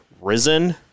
risen